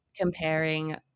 comparing